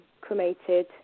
cremated